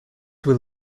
will